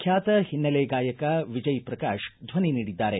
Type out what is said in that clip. ಖ್ಯಾತ ಹಿನ್ನೆಲೆ ಗಾಯಕ ವಿಜಯ್ ಪ್ರಕಾಶ್ ಧ್ವನಿ ನೀಡಿದ್ದಾರೆ